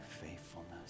faithfulness